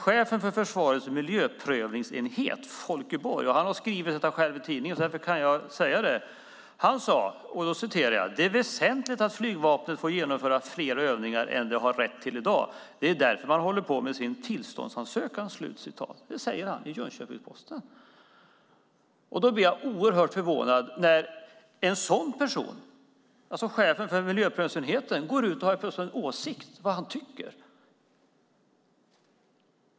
Chefen för försvarets miljöprövningsenhet, Folke Borg, har själv skrivit detta i tidningen, så därför kan jag säga det. Han sade: Det är väsentligt att flygvapnet får genomföra fler övningar än de har rätt till i dag. Det är därför man håller på med sin tillståndsansökan. Detta säger han alltså i Jönköpings-Posten. Jag blir oerhört förvånad när en sådan person, det vill säga chefen för miljöprövningsenheten, har en åsikt och går ut och säger vad han tycker.